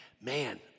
man